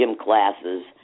classes